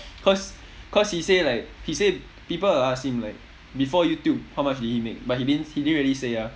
cause cause he say like he say people will ask him like before youtube how much did he make but he didn't he didn't really say ah